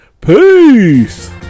peace